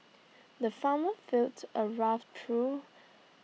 the farmer filled A rough through